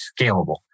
scalable